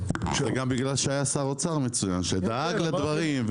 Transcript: גם בגלל שהיה שר אוצר מצוין שדאג לדברים,